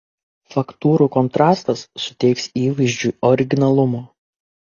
faktūrų kontrastas suteiks įvaizdžiui originalumo